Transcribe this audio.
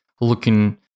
looking